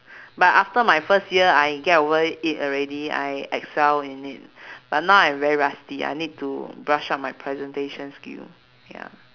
but after my first year I get over i~ it already I excel in it but now I'm very rusty I need to brush up my presentation skill ya